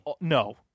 no